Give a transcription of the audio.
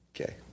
Okay